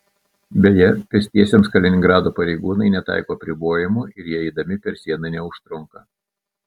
beje pėstiesiems kaliningrado pareigūnai netaiko apribojimų ir jie eidami per sieną neužtrunka